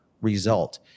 result